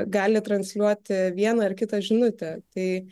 gali transliuoti vieną ar kitą žinutę tai